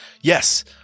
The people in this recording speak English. Yes